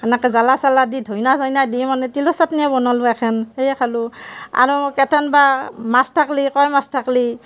সেনেকৈ জ্বলা চালা দি ধনীয়া চনীয়া দি মানে তিলৰ চাটনিয়ে বনালোঁ এখন সেয়ে খালোঁ আৰু কেতিয়াবা মাছ থাকিলে কাৱৈ মাছ থাকিলে